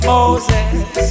Moses